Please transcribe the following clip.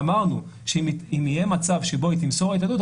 ואמרנו שאם יהיה מצב שבו היא תמסור את העדות,